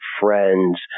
friends